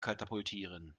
katapultieren